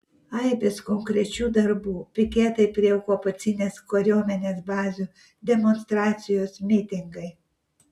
aibės konkrečių darbų piketai prie okupacinės kariuomenės bazių demonstracijos mitingai